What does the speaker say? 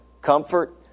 Comfort